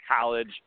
college